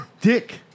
dick